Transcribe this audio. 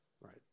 Right